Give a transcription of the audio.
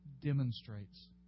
demonstrates